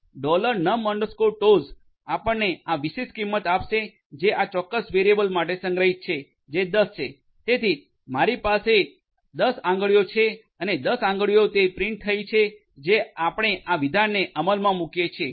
તેથી ડોલરનમ ટોnum toes આપણને આ વિશેષ કિંમત આપશે જે આ ચોક્કસ વેરિયેબલ માટે સંગ્રહિત છે જે 10 છે તેથી મારી પાસે 10 આંગળીઓ છે અને 10 આંગળીઓ તે પ્રિન્ટ થઈ છે જે આપણે આ વિધાનને અમલમાં મૂકીએ છીએ